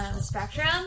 Spectrum